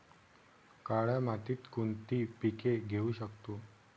काळ्या मातीत कोणती पिके घेऊ शकतो?